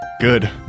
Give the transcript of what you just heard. Good